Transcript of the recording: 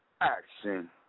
action